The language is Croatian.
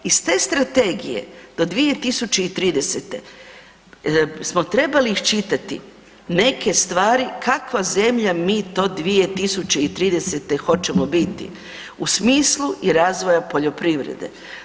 Iz te strategije do 2030. smo trebali iščitati neke stvari kakva zemlja do 2030. hoćemo biti u smislu i razvoja poljoprivrede.